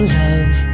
love